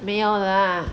没有 lah